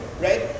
right